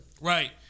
Right